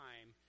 time